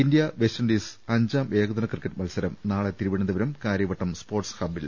India West Indies അഞ്ചാം ഏകദിന cricket മത്സരം നാളെ തിരുവനന്തപുരം കാര്യവട്ടം സ്പോർട്സ് ഹബ്ബിൽ